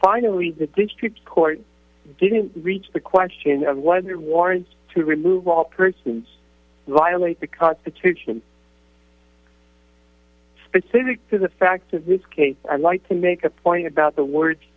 finally the district court didn't reach the question of was there warrants to remove all persons who violate the constitution specific to the fact of escape i'd like to make a point about the word